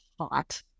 hot